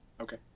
Okay